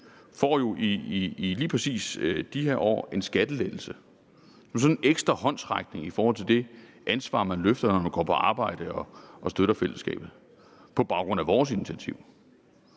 grupper i lige præcis de her år får en skattelettelse som sådan en ekstra håndsrækning i forhold til det ansvar, man løfter, når man går på arbejde og støtter fællesskabet – på baggrund af vores initiativ.